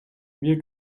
mir